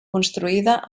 construïda